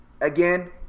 Again